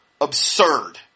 absurd